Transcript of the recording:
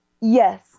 Yes